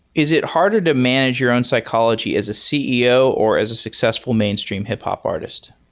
is it harder to manage your own psychology as a ceo, or as a successful mainstream hip-hop artist?